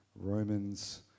Romans